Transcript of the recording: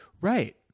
Right